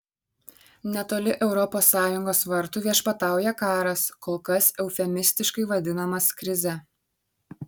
netoli europos sąjungos vartų viešpatauja karas kol kas eufemistiškai vadinamas krize